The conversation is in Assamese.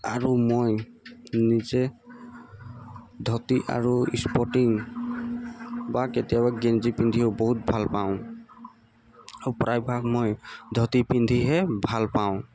আৰু মই ধুতি আৰু স্পৰ্টিং বা কেতিয়াবা গেঞ্জি পিন্ধিও বহুত ভাল পাওঁ আৰু প্ৰায়ভাগ মই ধুতি পিন্ধিহে ভাল পাওঁ